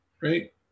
right